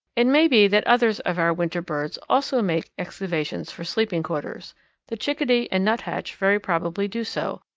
it may be that others of our winter birds also make excavations for sleeping quarters the chickadee and nuthatch very probably do so,